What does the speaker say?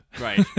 Right